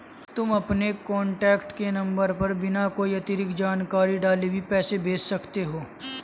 तुम अपने कॉन्टैक्ट के नंबर पर बिना कोई अतिरिक्त जानकारी डाले भी पैसे भेज सकते हो